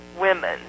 women